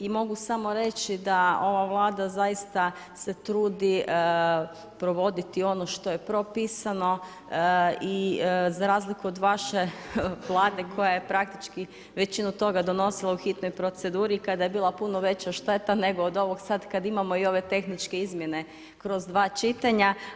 I mogu samo reći da ova Vlada zaista se trudi provoditi ono što je propisano i za razliku od vaše Vlade koja je praktički većinu toga donosila u hitnoj proceduri kada je bila puno veća šta je ta nego od ovog sad kada imamo i ove tehničke izmjene kroz 2 čitanja.